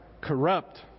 corrupt